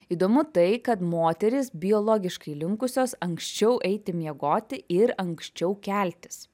įdomu tai kad moterys biologiškai linkusios anksčiau eiti miegoti ir anksčiau keltis